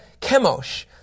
Chemosh